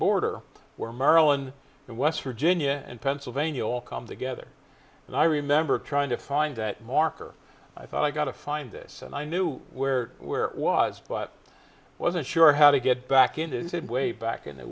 border where maryland and west virginia and pennsylvania all come together and i remember trying to find that marker i thought i got to find this and i knew where where i was but wasn't sure how to get back in and did way back in the